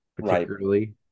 particularly